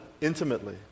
intimately